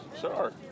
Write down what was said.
Sure